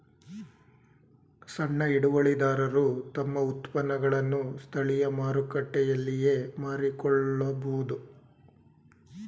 ಸಣ್ಣ ಹಿಡುವಳಿದಾರರು ತಮ್ಮ ಉತ್ಪನ್ನಗಳನ್ನು ಸ್ಥಳೀಯ ಮಾರುಕಟ್ಟೆಯಲ್ಲಿಯೇ ಮಾರಿಕೊಳ್ಳಬೋದು